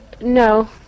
no